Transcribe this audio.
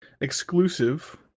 exclusive